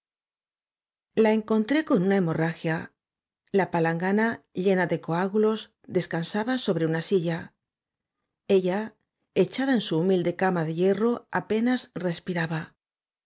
la encontré con una hemorragia la palangana llena de coágulos descansaba sobre una silla ella echada en su humilde cama de hierro apenas respiraba